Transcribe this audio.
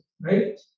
right